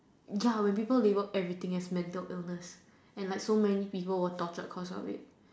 ya when people label every thing as mental illness and like so many people were tortured cause of it